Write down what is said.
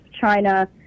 China